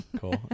Cool